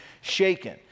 shaken